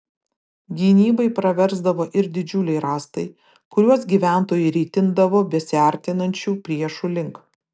gynybai praversdavo ir didžiuliai rąstai kuriuos gyventojai ritindavo besiartinančių priešų link